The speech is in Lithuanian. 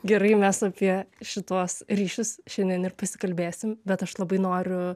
gerai mes apie šituos ryšius šiandien ir pasikalbėsim bet aš labai noriu